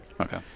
Okay